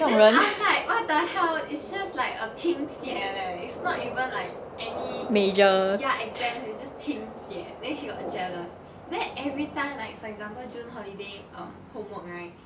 then I was like what the hell it's just like a 听写 leh it's not even like any ya exams it's just 听写 then she got jealous then everytime like for example june holiday um homework right